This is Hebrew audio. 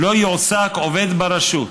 "לא יועסק עובד ברשות,